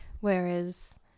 Whereas